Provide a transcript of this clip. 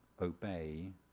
obey